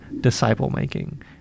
disciple-making